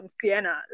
Sienna